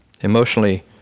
Emotionally